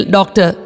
Doctor